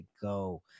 go